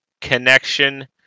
connection